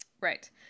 Right